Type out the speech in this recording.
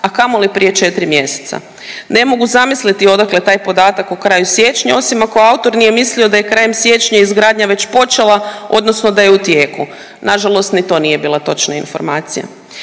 a kamoli prije 4 mjeseca. Ne mogu zamisliti odakle taj podatak o kraju siječnja, osim ako autor nije mislio da je krajem siječnja izgradnja već počela, odnosno da je u tijeku. Na žalost ni to nije bila točna informacija.